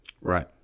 Right